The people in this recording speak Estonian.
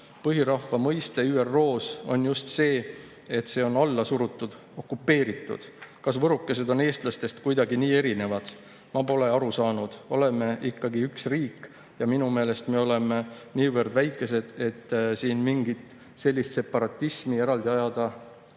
"Põlisrahva mõiste ÜROs on just see, et on alla surutud, okupeeritud. Kas võrokesed on eestlastest kuidagi nii erinevad? Ma pole aru saanud, oleme ikkagi üks riik ja minu meelest me oleme niivõrd väikesed, et siin mingit sellist separatismi eraldi ajada